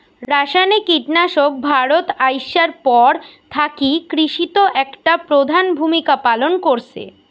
রাসায়নিক কীটনাশক ভারতত আইসার পর থাকি কৃষিত একটা প্রধান ভূমিকা পালন করসে